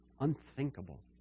unthinkable